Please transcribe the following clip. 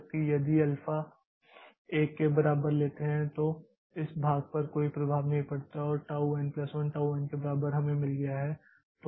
जबकि यदि आप अल्फ़ा को 1 के बराबर लेते हैं तो इस भाग पर कोई प्रभाव नहीं पड़ता है और tau n1tau n1 tau n के बराबर हमें मिल गया है